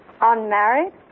Unmarried